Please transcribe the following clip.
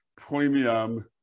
premium